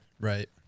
Right